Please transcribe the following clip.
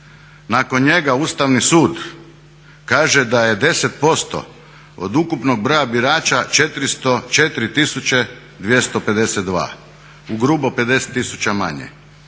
Nakon njega Ustavni sud kaže da je 10% od ukupnog broja birača 404 tisuće 252. U grubo 50 tisuća manje.